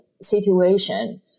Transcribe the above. situation